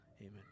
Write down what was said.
Amen